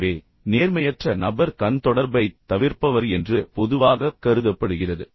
எனவே நேர்மையற்ற நபர் கண் தொடர்பைத் தவிர்ப்பவர் என்று பொதுவாகக் கருதப்படுகிறது